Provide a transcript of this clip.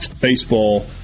Baseball